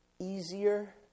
Easier